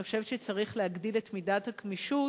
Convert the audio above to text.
אני חושבת שצריך להגדיל את מידת הגמישות